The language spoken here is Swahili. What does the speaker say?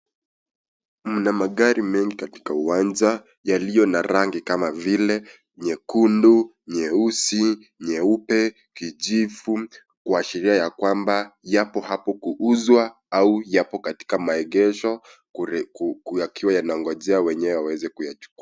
Mna magari mengi katika uwanja, yaliyo na rangi kama vile, nyekundu, nyeusi, nyeupe kijivu, kuashiria yakwamba yapo hapo kuuzwa au yapo katika maegesho, yakiwa yanangojea wenyewe waweze kuyachukua.